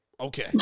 Okay